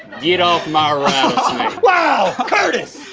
you know my wow, curtis!